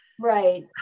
Right